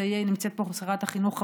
נמצאת פה שרת החינוך,